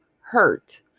hurt